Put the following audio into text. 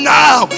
now